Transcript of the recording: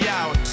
out